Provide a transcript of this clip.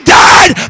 died